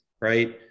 right